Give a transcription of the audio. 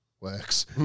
works